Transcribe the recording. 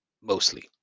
mostly